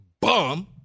bum